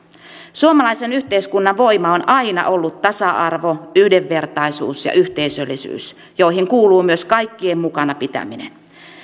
suomalaisen yhteiskunnan voima on aina ollut tasa arvo yhdenvertaisuus ja yhteisöllisyys joihin kuuluu myös kaikkien mukana pitäminen